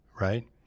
right